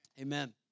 Amen